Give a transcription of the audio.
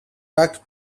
rugged